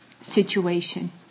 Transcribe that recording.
situation